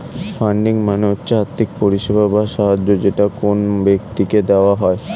funding মানে হচ্ছে আর্থিক পরিষেবা বা সাহায্য যেটা কোন ব্যক্তিকে দেওয়া হয়